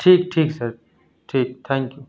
ٹھیک ٹھیک سر ٹھیک تھینک یو